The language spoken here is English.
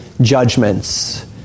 judgments